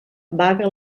vaga